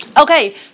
Okay